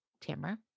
Tamara